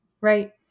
Right